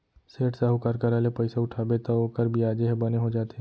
सेठ, साहूकार करा ले पइसा उठाबे तौ ओकर बियाजे ह बने हो जाथे